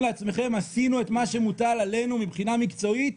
לעצמכם: עשינו את מה שמוטל עלינו מבחינה מקצועית